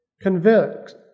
Convict